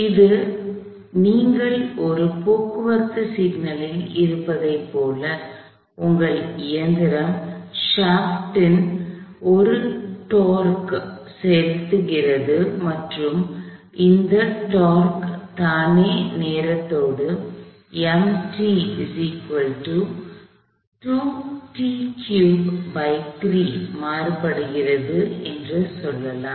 இது நீங்கள் ஒரு போக்குவரத்து சிக்னலில் இருப்பதைப் போல உங்கள் இயந்திரம் ஷாப்ட்டு ன் தண்டின் மீது ஒரு டோர்க்கு முறுக்குவிசை செலுத்துகிறது மற்றும் அந்த டோர்க்கு தானே நேரத்தோடு மாறுபடுகிறது என்று சொல்லலாம்